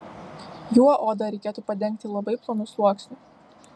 juo odą reikėtų padengti labai plonu sluoksniu